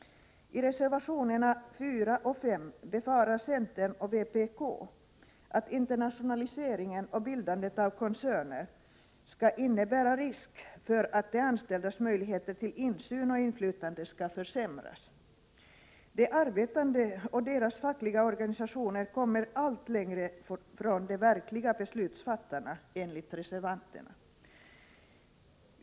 I reservationerna 4 och 5 befarar centern och vpk att internationaliseringen och bildandet av koncerner kan innebära risk för att de anställdas möjligheter till insyn och inflytande skall försämras. De arbetande och deras fackliga organisationer kommer enligt reservanternas uppfattning allt längre från de verkliga beslutsfattarna.